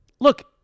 look